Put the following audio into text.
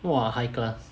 !wah! high class